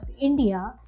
India